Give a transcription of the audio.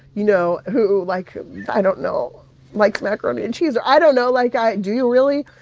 you know, who, like i don't know likes macaroni and cheese? or i don't know. like, i do you really?